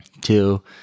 Two